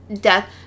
death